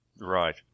right